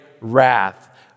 wrath